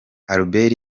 albert